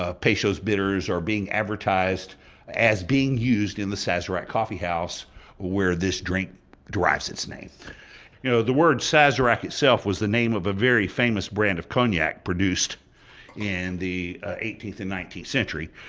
ah peychaud's bitters were being advertised as being used in the sazerac coffee house where this drink derives its name you know the word sazerac itself was the name of a very famous brand of cognac produced and the eighteenth and nineteenth centuries.